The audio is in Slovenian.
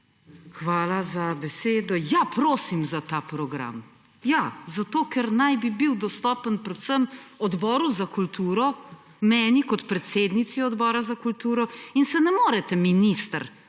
Hvala za besedo. Ja, prosim za ta program. Ja, zato ker naj bi bil dostopen predvsem Odboru za kulturo, meni kot predsednici Odbora za kulturo in se ne morete, minister,